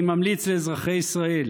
אני ממליץ לאזרחי ישראל